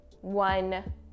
one